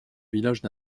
village